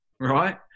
right